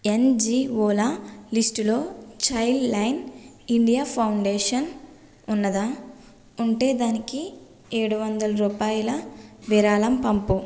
ఎన్జిఓల లిస్టులో Childline India foundation ఉందా ఉంటే దానికి ఏడు వందల రూపాయల విరాళం పంపు